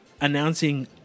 announcing